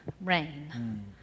Rain